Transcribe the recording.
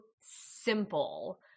simple